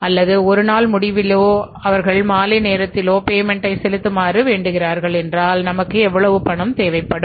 அல்லது ஒவ்வொரு நாள் முடிவிலும் அவர்கள் மாலை நேரத்தில் பேமென்ட்டை செலுத்துமாறு வேண்டுகிறார்கள் என்றால் நமக்கு எவ்வளவு பணம் தேவைப்படும்